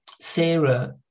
Sarah